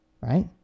right